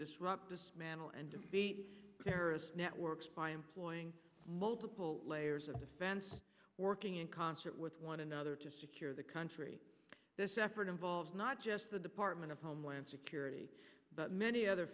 disrupt dismantle and terrorist networks by employing multiple layers of defense working in concert with one another to secure the country this effort involves not just the department of homeland security but many other